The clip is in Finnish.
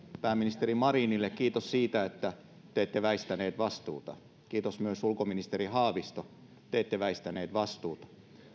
pääministeri marinille kiitoksen siitä että te ette väistänyt vastuuta kiitos myös ulkoministeri haavisto te ette väistänyt vastuuta